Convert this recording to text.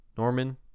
Norman